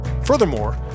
Furthermore